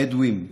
הבדואים,